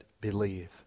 believe